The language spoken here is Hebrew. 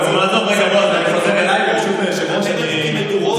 אתם מדליקים מדורות.